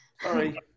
Sorry